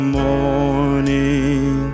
morning